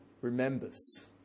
remembers